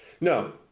No